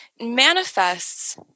manifests